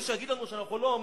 מי שיגיד לנו שאנחנו לא הומניים,